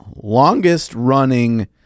longest-running